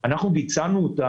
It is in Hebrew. אנחנו ביצענו אותה,